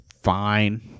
fine